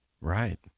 right